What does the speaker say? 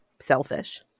selfish